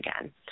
again